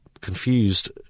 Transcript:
confused